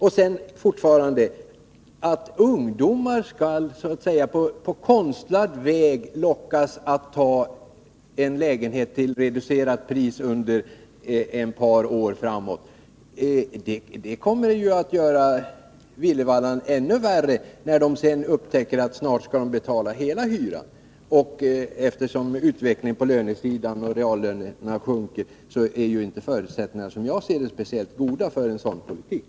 Vad sedan beträffar tanken att man på konstlad väg skall locka ungdomar att ta en lägenhet, genom att erbjuda den till reducerat pris under ett par år, vill jag säga att det kommer att göra villervallan ännu värre när de sedan upptäcker att de snart skall betala hela hyran. Med tanke på utvecklingen med sjunkande reallöner är, som jag ser det, förutsättningarna inte speciellt goda för att nå resultat med en sådan politik.